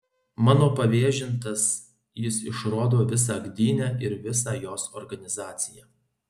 mano pavėžintas jis išrodo visą gdynę ir visą jos organizaciją